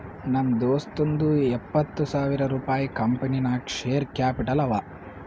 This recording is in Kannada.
ನಮ್ ದೋಸ್ತುಂದೂ ಎಪ್ಪತ್ತ್ ಸಾವಿರ ರುಪಾಯಿ ಕಂಪನಿ ನಾಗ್ ಶೇರ್ ಕ್ಯಾಪಿಟಲ್ ಅವ